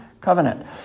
covenant